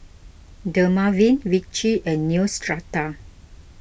Dermaveen Vichy and Neostrata